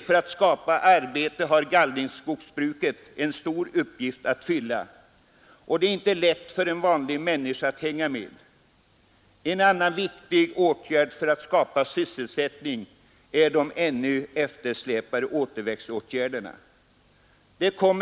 För att skapa arbete har gallringsskogsbruket enligt min mening en stor uppgift att fylla. Det är inte lätt för en vanlig människa att hänga med. En annan viktig åtgärd för att skapa sysselsättning är de ännu eftersläpande återväxtinsatserna.